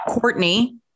Courtney